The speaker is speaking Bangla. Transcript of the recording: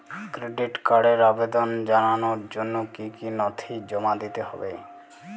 ক্রেডিট কার্ডের আবেদন জানানোর জন্য কী কী নথি জমা দিতে হবে?